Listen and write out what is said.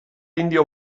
indio